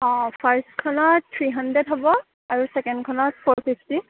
অঁ ফাৰ্ষ্টখনত three hundred হ'ব আৰু ছেকেণ্ডখনত ফ'ৰ ফিফটি